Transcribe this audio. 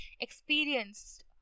experienced